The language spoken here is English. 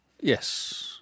Yes